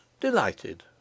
delighted